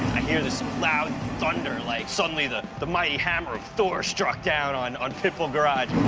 hear this loud thunder, like suddenly the the mighty hammer of thor's struck down on on pit bull garage!